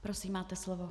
Prosím, máte slovo.